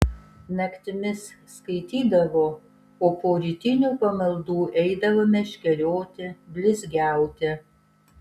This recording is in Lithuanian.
naktimis skaitydavo o po rytinių pamaldų eidavo meškerioti blizgiauti